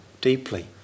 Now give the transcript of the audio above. deeply